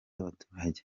abaturage